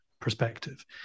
perspective